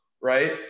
right